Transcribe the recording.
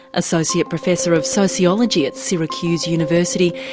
associate professor of sociology at syracuse university,